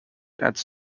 adds